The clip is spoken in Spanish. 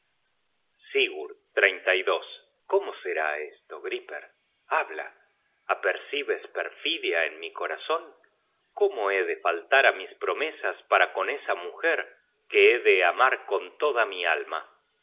sigurd cómo será esto griper habla apercibes perfidia en mi corazon cómo he de faltar á mis promesas para con esa mujer que he de amar con toda mi alma